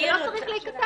זה לא צריך להיכתב.